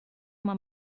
uma